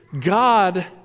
God